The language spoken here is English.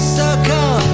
circle